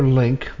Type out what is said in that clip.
link